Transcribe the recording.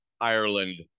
Ireland